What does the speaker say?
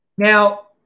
Now